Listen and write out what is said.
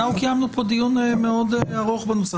אנחנו קיימנו פה דיון מאוד ארוך בנושא,